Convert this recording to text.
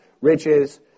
riches